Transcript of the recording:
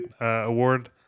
Award